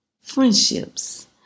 Friendships